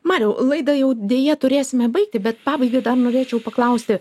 mariau laidą jau deja turėsime baigti bet pabaigai norėčiau paklausti